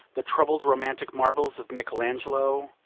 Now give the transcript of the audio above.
the troubled romantic marbles of michael angelo,